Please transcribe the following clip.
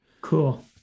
Cool